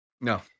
No